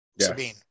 Sabine